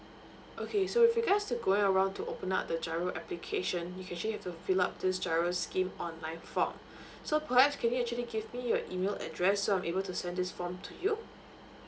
okay so with regards to go and want to open up the giro application you actually have to fill up this giro scheme online form so perhaps can you actually give me your email address so I'm able to send this form to you